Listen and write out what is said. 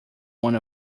one